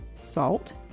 salt